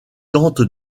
tente